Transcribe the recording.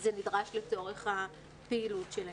זה נדרש לצורך הפעילות שלהם.